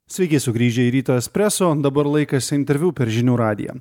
sveiki sugrįžę į ryto espreso dabar laikas interviu per žinių radiją